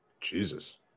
Jesus